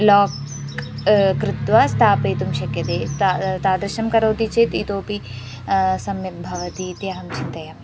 lock कृत्वा स्थापयितुं शक्यते तत् तादृशं करोति चेत् इतोऽपि सम्यक् भवति इति अहं चिन्तयामि